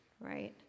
right